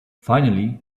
finally